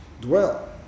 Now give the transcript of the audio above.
Dwell